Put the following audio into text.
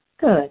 Good